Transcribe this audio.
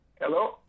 Hello